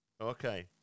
Okay